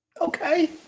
okay